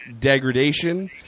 degradation